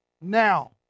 Now